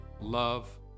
love